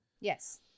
Yes